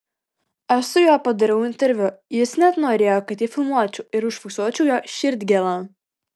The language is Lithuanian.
aš su juo padariau interviu jis net norėjo kad jį filmuočiau ir užfiksuočiau jo širdgėlą